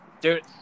Dude